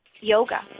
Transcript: yoga